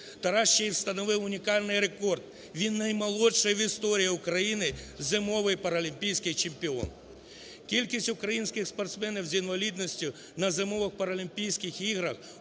Тарас ще й встановив унікальний рекорд: він наймолодший в історії України зимовий паралімпійський чемпіон. Кількість українських спортсменів з інвалідністю на Зимових паралімпійських іграх